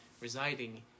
residing